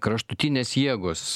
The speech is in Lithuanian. kraštutinės jėgos